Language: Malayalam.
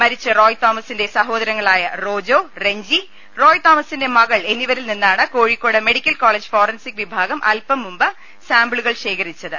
മരിച്ച റോയ് തോമസിന്റെ സഹോദരങ്ങളായ റോജോ റെഞ്ചി റോയ് തോമസിന്റെ മക്കൾ എന്നിവരിൽ നിന്നാണ് കോഴിക്കോട് മെഡിക്കൽ കോളജ് ഫോറൻസിക് വിഭാഗം അൽപ്പംമുമ്പ് സാമ്പി ളുകൾ ശേഖരിച്ചത്